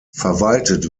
verwaltet